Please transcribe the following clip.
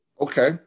Okay